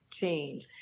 change